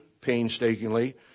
painstakingly